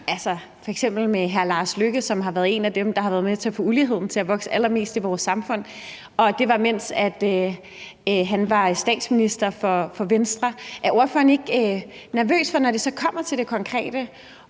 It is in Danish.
er en af dem, der har været med til at få uligheden til at vokse allermest i vores samfund – og det var, mens han var statsminister for Venstre – er ordføreren så ikke nervøs for, når det kommer til det konkrete,